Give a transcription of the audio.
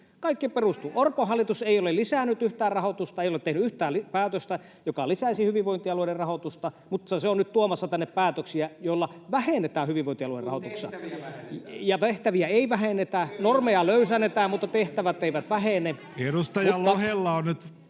Kiuru: Näin on!] Orpon hallitus ei ole lisännyt yhtään rahoitusta, ei ole tehnyt yhtään päätöstä, joka lisäisi hyvinvointialueiden rahoitusta, mutta se on nyt tuomassa tänne päätöksiä, joilla vähennetään hyvinvointialueiden rahoitusta. [Ben Zyskowicz: Kun tehtäviä vähennetään!] — Ja tehtäviä ei vähennetä. Normeja löysennetään,